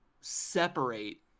separate